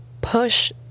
push